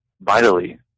vitally